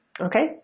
Okay